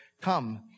come